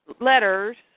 letters